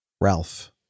Ralph